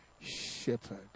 shepherd